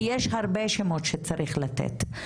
כי יש הרבה שמות שצריך לתת.